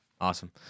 Awesome